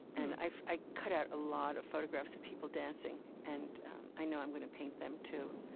and i i cut out a lot of photographs of people dancing, and i know i'm going to paint them too.